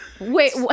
Wait